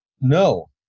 no